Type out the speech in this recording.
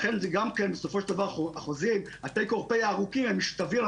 לכן החוזים, הטייק אור פיי הארוכים, הם משתווים.